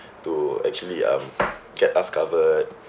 to actually um get us covered